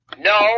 No